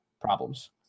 problems